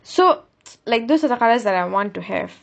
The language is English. so like those are the colours that I want to have